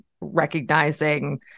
recognizing